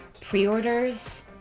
pre-orders